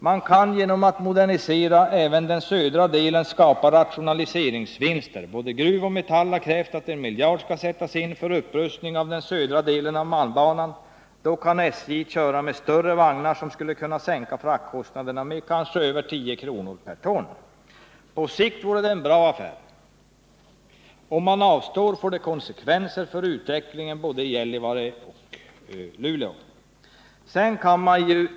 Man kan, genom att modernisera även den södra delen, skapa rationaliseringsvinster. Både Gruv och Metall har krävt att I miljard skall sättas in för upprustning av den södra delen av malmbanan. Då kan SJ köra med större vagnar, som skulle kunna sänka fraktkostnaderna med över 10 kr. per ton. På sikt vore det en bra affär. Om man avstår får det konsekvenser för utvecklingen både i Gällivare och i Luleå.